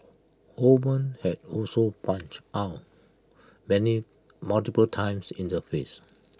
Holman had also punched Ow many multiple times in the face